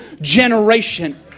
generation